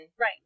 Right